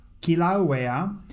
Kilauea